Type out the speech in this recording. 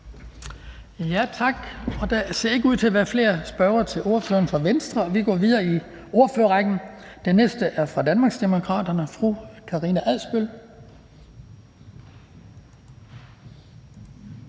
Tak. Der ser ikke ud til at være flere spørgere til ordføreren fra Venstre. Vi går videre i ordførerrækken. Den næste er fra Danmarksdemokraterne, og det er fru Karina Adsbøl.